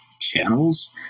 channels